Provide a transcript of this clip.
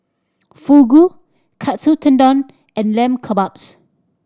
Fugu Katsu Tendon and Lamb Kebabs